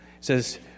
says